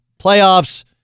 playoffs